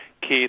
Keith